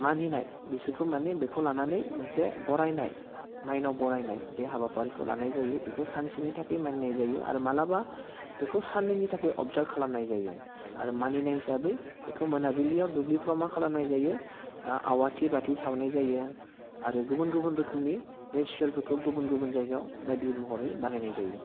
मानिनाय बिसोरखौ माने बेखौ लानानै मोनसे बरायनाय मायनाव बरायनाय बे हाबाफारिखौ लानाय जायो बेखौ सानसेनि थाखाय मानिनाय जायो आरो मालाबा बेखौ साननैनि थाखाय अबसार्भ खालामनाय जायो आरो मानिनाय हिसाबै बेखौ मोनाबिलियाव दुब्लिफ्राव मा खालामनाय जायो आवाथि बाथि सावनाय जायो आरो गुबुन गुबुन रोखोमनि रिसुयेलफोरखौ गुबुन गुबुन जायगायाव बायदि महरै बानायनाय जायो